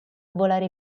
volare